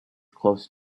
close